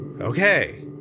Okay